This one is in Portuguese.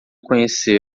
conhecê